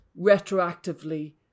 retroactively